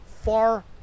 far